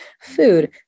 food